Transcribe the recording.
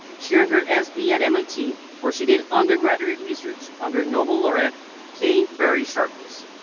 she earned her s b. at mit, where she did undergraduate research under nobel laureate k. barry sharpless,